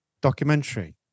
documentary